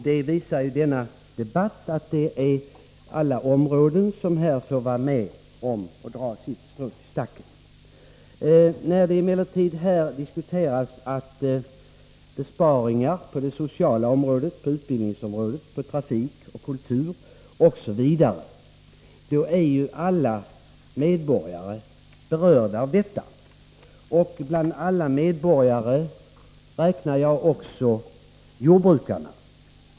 Denna debatt visar att man på alla områden måste vara med och dra sitt strå till stacken. Besparingar på det sociala området, på utbildningsområdet, på trafikområdet, på kulturområdet osv. berör alla medborgare. Bland alla medborgare räknar jag också jordbrukarna.